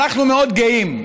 אנחנו מאוד גאים,